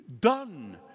done